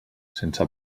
sense